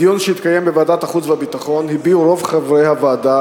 בדיון שהתקיים בוועדת החוץ והביטחון הביעו רוב חברי הוועדה